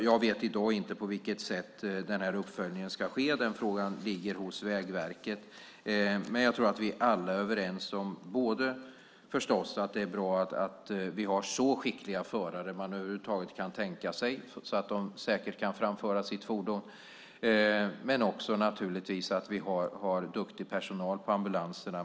Jag vet i dag inte på vilket sätt den här uppföljningen ska ske. Den frågan ligger hos Vägverket. Jag tror att vi alla är överens om att det är bra att vi har så skickliga förare som man över huvud taget kan tänka sig så att de kan framföra sitt fordon säkert och att vi har duktig personal på ambulanserna.